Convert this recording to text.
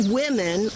women